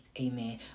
Amen